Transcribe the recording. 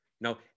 no